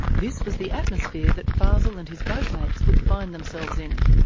this was the atmosphere that fazel and his boatmates would find themselves in.